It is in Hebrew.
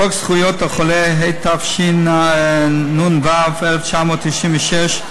חוק זכויות החולה, התשנ"ו 1996,